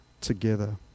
together